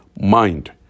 Mind